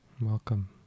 welcome